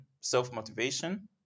self-motivation